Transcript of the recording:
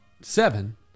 seven